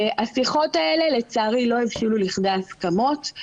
השיחות האלה, לצערי, לא הבשילו לכדי הסכמות.